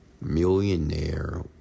Millionaire